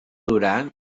duran